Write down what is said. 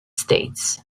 states